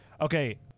Okay